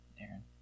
Aaron